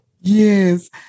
Yes